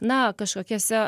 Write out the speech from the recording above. na kažkokiuose